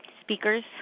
Speakers